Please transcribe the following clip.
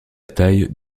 taille